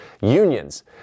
unions